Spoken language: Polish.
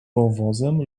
wąwozem